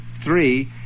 Three